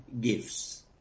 gifts